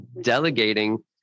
delegating